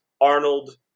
Arnold